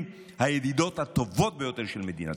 הידידות הטובות ביותר של מדינת ישראל.